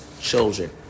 children